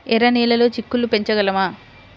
ఎర్ర నెలలో చిక్కుళ్ళు పెంచగలమా?